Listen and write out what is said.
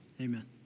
Amen